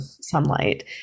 sunlight